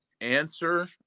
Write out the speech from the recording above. answer